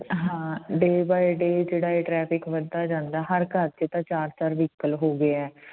ਹਾਂ day by day ਜਿਹੜਾ ਇਹ ਟਰੈਫਿਕ ਵੱਧਦਾ ਜਾਂਦਾ ਹਰ ਘਰ 'ਚ ਤਾਂ ਚਾਰ ਚਾਰ ਵਹੀਕਲ ਹੋ ਗਿਆ ਹੈ